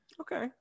Okay